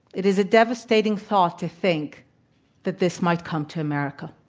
it is a devastating thought to think that this might come to america.